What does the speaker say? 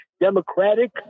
democratic